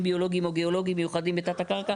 ביולוגיים או גיאולוגיים מיוחדים בתת-הקרקע".